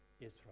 Israel